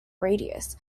radius